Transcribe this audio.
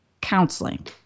counseling